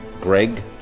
Greg